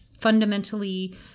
fundamentally